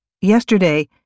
Yesterday